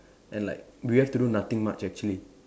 and like we have to do nothing much actually